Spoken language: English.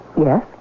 yes